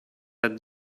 had